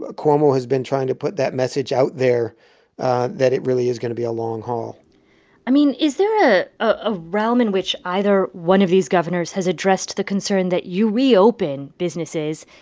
ah cuomo has been trying to put that message out there that it really is going to be a long haul i mean, is there ah a realm in which either one of these governors has addressed the concern that you reopen businesses,